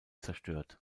zerstört